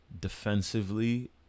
defensively